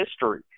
history